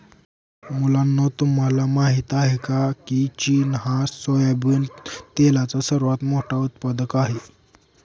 मुलांनो तुम्हाला माहित आहे का, की चीन हा सोयाबिन तेलाचा सर्वात मोठा उत्पादक आहे